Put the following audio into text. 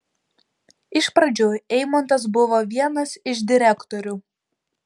iš pradžių eimontas buvo vienas iš direktorių